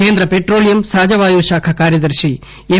కేంద్ర పెట్రోలియం సహజ వాయువు శాఖ కార్యదర్పి ఎమ్